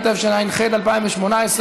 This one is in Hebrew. התשע"ח 2018,